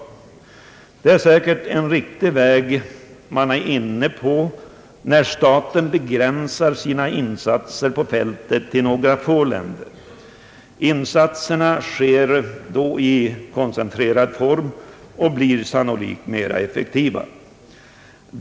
Staten är säkert inne på en riktig väg när man begränsar sina insatser på fältet till några få länder. Insatserna sker då i koncentrerad form och blir sannolikt mera effektiva.